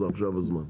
עכשיו זה הזמן.